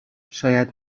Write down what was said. شاید